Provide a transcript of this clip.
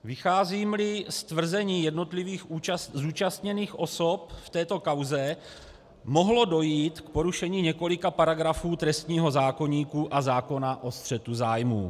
Vycházímli z tvrzení jednotlivých zúčastněných osob v této kauze, mohlo dojít k porušení několika paragrafů trestního zákoníku a zákona o střetu zájmů.